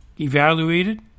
evaluated